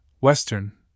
Western